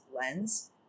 lens